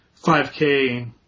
5K